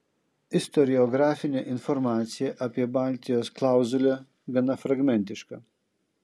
istoriografinė informacija apie baltijos klauzulę gana fragmentiška